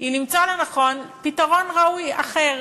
למצוא לנכון פתרון ראוי אחר,